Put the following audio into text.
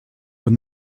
when